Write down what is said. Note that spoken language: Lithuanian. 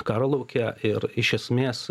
karo lauke ir iš esmės